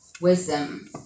wisdom